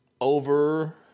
over